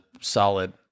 solid